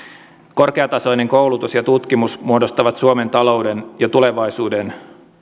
korkeatasoinen koulutus ja tutkimus muodostavat suomen talouden ja tulevaisuuden